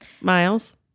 Miles